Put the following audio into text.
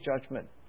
judgment